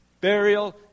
burial